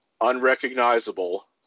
unrecognizable